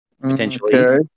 potentially